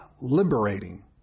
liberating